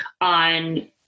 on